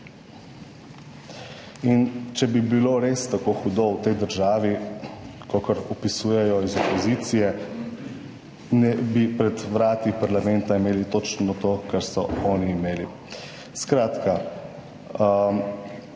Če bi bilo res tako hudo v tej državi, kakor opisujejo iz opozicije, ne bi pred vrati parlamenta imeli točno tega, kar so oni imeli. Skratka,